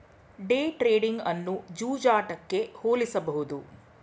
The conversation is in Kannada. ಡೇ ಟ್ರೇಡಿಂಗ್ ಅನ್ನು ಜೂಜಾಟಕ್ಕೆ ಹೋಲಿಸಬಹುದು